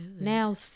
now